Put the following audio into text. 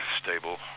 stable